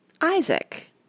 Isaac